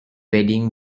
wedding